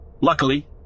Luckily